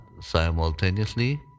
simultaneously